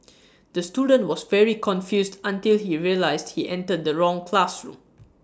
the student was very confused until he realised he entered the wrong classroom